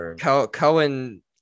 cohen